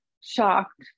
shocked